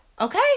Okay